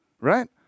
right